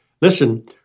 listen